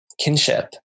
kinship